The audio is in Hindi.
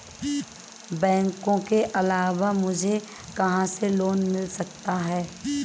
बैंकों के अलावा मुझे कहां से लोंन मिल सकता है?